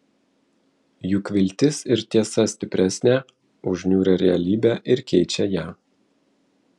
juk viltis ir tiesa stipresnę už niūrią realybę ir keičią ją